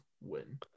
win